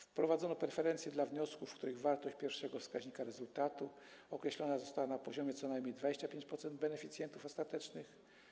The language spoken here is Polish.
Wprowadzono preferencje dla wniosków, których wartość pierwszego wskaźnika rezultatu określona została na poziomie co najmniej 25% beneficjentów ostatecznych.